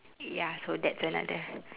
ya so that's another